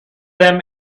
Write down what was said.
them